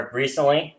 recently